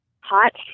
Hot